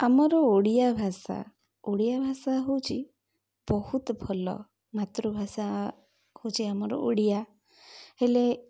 ଆମର ଓଡ଼ିଆ ଭାଷା ଓଡ଼ିଆ ଭାଷା ହେଉଛି ବହୁତ ଭଲ ମାତୃଭାଷା ହେଉଛି ଆମର ଓଡ଼ିଆ ହେଲେ